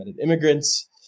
immigrants